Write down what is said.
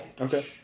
Okay